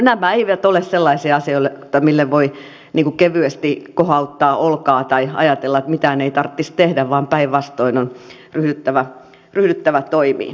nämä eivät ole sellaisia asioita joille voi kevyesti kohauttaa olkaa tai ajatella että mitään ei tarvitsisi tehdä vaan päinvastoin on ryhdyttävä toimiin